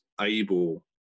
able